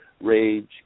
rage